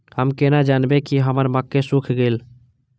हम केना जानबे की हमर मक्के सुख गले?